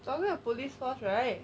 talking about police force right